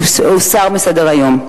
הוסר מסדר-היום.